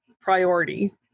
priority